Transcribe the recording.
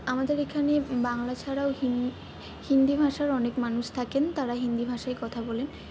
আমাদের এখানে বাংলা ছাড়াও হি হিন্দি ভাষার অনেক মানুষ থাকেন তারা হিন্দি ভাষায় কথা বলেন